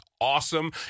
awesome